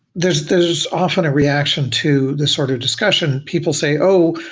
there's there's often a reaction to the sort of discussion people say, oh,